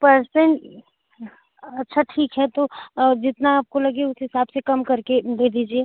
पैसे अच्छा ठीक है तो जितना आपको लगे उस हिसाब से कम करके दे दीजिए